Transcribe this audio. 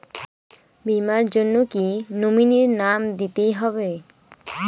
বীমার জন্য কি নমিনীর নাম দিতেই হবে?